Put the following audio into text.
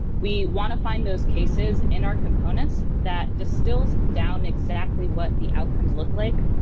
we want to find those cases in our components that distils down exactly what the outcomes look like